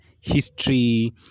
history